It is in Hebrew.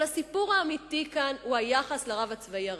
אבל הסיפור האמיתי כאן הוא היחס לרב הצבאי הראשי.